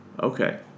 Okay